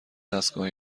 دستگاه